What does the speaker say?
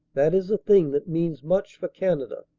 that is a thing that means much for canada.